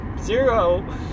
zero